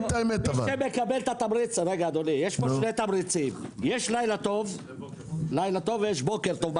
יש פה שני תמריצים - יש לילה טוב ויש בוקר טוב,